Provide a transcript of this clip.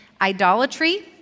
idolatry